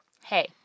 hey